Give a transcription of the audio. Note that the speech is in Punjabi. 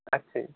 ਅੱਛਾ ਜੀ